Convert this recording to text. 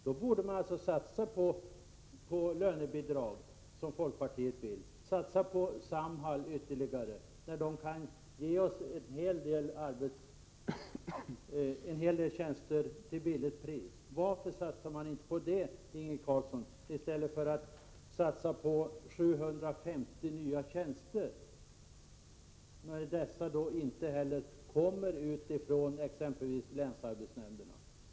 Då borde vi satsa på lönebidrag, som folkpartiet vill, och ytterligare satsa på Samhall, där de arbetshandikappade kan ges en hel del tjänster till låga kostnader. Varför satsar ni inte på detta, Inge Carlsson, i stället för på 750 nya tjänster när dessa inte kommer ut från exempelvis länsarbetsnämnderna?